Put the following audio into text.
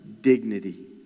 dignity